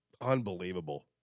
Unbelievable